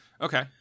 okay